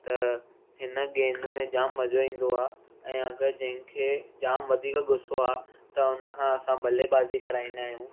त हिन गेंद में जाम मज़ो ईंदो आहे ऐं अगरि जंहिंखे जाम वधीक गुसो आहे त उनखां असां बलेबाज़ी कराईंदा आहियूं